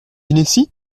ginesy